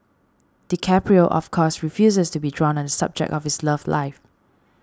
DiCaprio of course refuses to be drawn subject of his love life